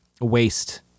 waste